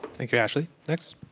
thank you, ashley. next?